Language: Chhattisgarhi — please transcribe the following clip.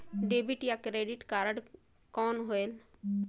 डेबिट या क्रेडिट कारड कौन होएल?